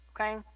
okay